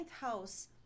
house